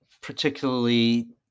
particularly